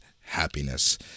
happiness